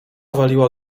waliła